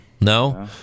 no